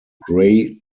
gray